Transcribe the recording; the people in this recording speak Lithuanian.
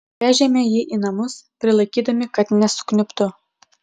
vežėme jį į namus prilaikydami kad nesukniubtų